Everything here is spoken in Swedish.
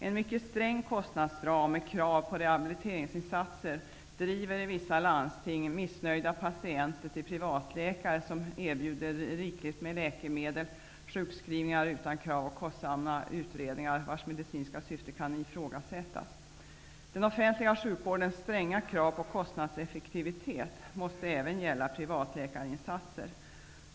En mycket sträng kostnadsram, med krav på rehabiliteringsinsatser driver i vissa landsting missnöjda patienter till privatläkare som erbjuder rikligt med läkemedel, sjukskrivningar utan krav och kostsamma utredningar vars medicinska syfte kan ifrågasättas. Den offentliga sjukvårdens stränga krav på kostnadseffektivitet måste även gälla privatläkarinsatser.